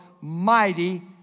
mighty